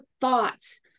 thoughts